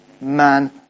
man